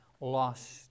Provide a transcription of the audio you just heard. lost